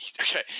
Okay